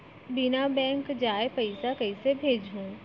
बिना बैंक जाये पइसा कइसे भेजहूँ?